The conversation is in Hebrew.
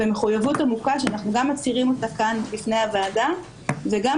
ומחויבות עמוקה שאנחנו מצהירים אותה כאן בפני הוועדה וגם